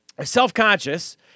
self-conscious